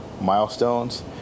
milestones